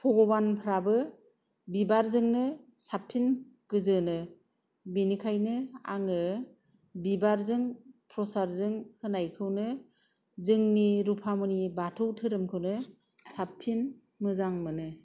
भगबानफ्राबो बिबारजोंनो साबसिन गोजोनो बिनिखायनो आङो बिबारजों प्रसादजों होनायखौनो जोंनि रुफामनि बाथौ धोरोमखौनो साबसिन मोजां मोनो